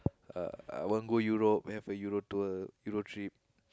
uh I want go Europe have a Euro tour Euro trip